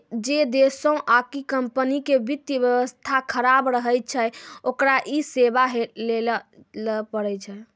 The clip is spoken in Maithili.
जै देशो आकि कम्पनी के वित्त व्यवस्था खराब रहै छै ओकरा इ सेबा लैये ल पड़ै छै